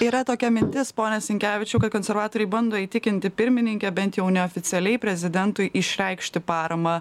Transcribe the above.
yra tokia mintis pone sinkevičiau kad konservatoriai bando įtikinti pirmininkę bent jau neoficialiai prezidentui išreikšti paramą